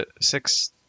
six